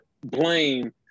blame